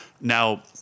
Now